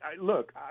Look